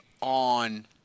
on